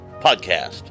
podcast